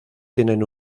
tienen